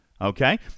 Okay